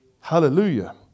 Hallelujah